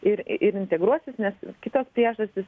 ir ir integruosis nes kitos priežastys